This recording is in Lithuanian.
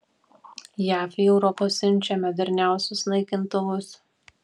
jav į europą siunčia moderniausius naikintuvus